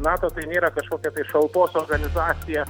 nato tai nėra kažkokia tai šalpos organizacija